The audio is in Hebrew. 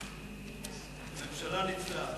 החוקה, חוק ומשפט נתקבלה.